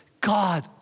God